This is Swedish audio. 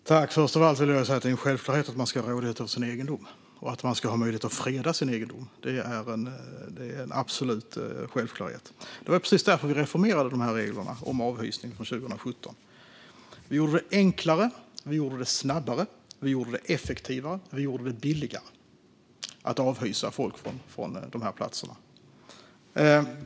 Fru talman! Först av allt vill jag säga att det är en självklarhet att man ska råda över sin egendom och ha möjlighet att freda sin egendom. Det är en absolut självklarhet. Det var precis därför vi reformerade reglerna om avhysning 2017. Vi gjorde det enklare, snabbare, effektivare och billigare att avhysa folk från de här platserna.